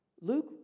Luke